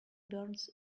burns